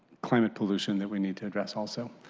climate pollution that we need to address also.